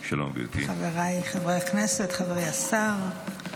חבריי חברי הכנסת, חברי השר,